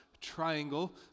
triangle